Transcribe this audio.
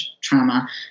trauma